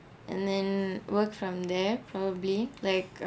and then work from there probably like uh